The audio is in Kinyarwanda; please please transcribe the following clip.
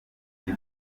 kigo